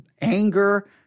anger